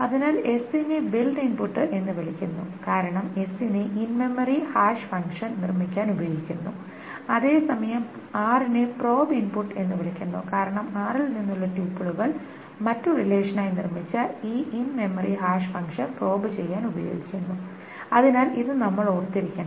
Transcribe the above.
അതിനാൽ s നെ build input എന്ന് വിളിക്കുന്നു കാരണം s നെ ഇൻ മെമ്മറി ഹാഷ് ഫംഗ്ഷൻ നിർമ്മിക്കാൻ ഉപയോഗിക്കുന്നു അതേസമയം r നെ പ്രോബ് ഇൻപുട്ട് എന്ന് വിളിക്കുന്നു കാരണം r ൽ നിന്നുള്ള ട്യൂപ്പിളുൾ മറ്റു റിലേഷനായി നിർമ്മിച്ച ഈ in memory hash function probe ചെയ്യാൻ ഉപയോഗിക്കുന്നു അതിനാൽ ഇത് നമ്മൾ ഓർത്തിരിക്കണം